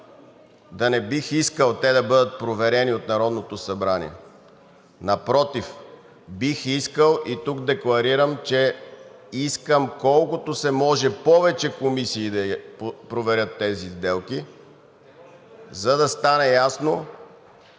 да не бих искал те да бъдат проверени от Народното събрание. Напротив, бих искал и тук декларирам, че искам, колкото се може повече комисии да проверят тези сделки, за да стане ясно,